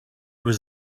was